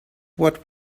what